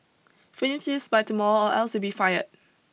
finish this by tomorrow or else you'll be fired